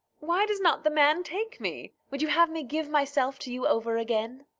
why does not the man take me? would you have me give myself to you over again?